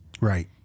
Right